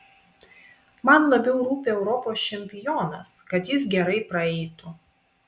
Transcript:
man labiau rūpi europos čempionas kad jis gerai praeitų